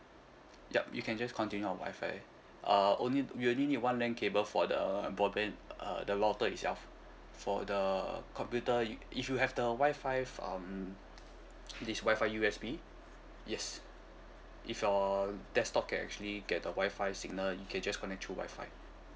yup you can just continue your Wi-Fi uh only we'll only need one LAN cable for the broadband uh the router itself for the computer if you have the Wi-Fi um this Wi-Fi U_S_B yes if your desktop can actually get a Wi-Fi signal you can just connect through Wi-Fi